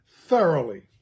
thoroughly